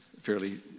fairly